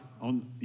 on